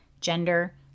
gender